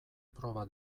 proba